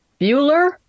Bueller